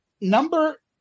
number